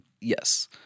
Yes